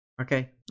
Okay